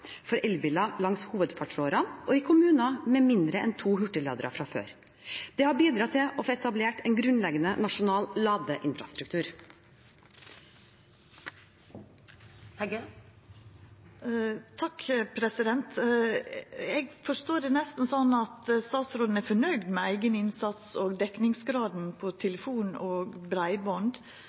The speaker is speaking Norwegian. for elbiler langs hovedfartsårene og i kommuner med mindre enn to hurtigladere fra før. Det har bidratt til å få etablert en grunnleggende nasjonal ladeinfrastruktur. Takk for svaret. Eg forstår det nesten slik at statsråden er fornøgd med eigen innsats og dekningsgraden for telefon og